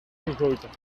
gegoten